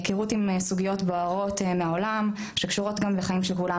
היכרות עם סוגיות בוערות מהעולם שקשורות גם לחיים של כולנו,